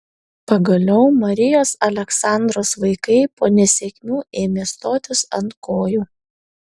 pagaliau marijos aleksandros vaikai po nesėkmių ėmė stotis ant kojų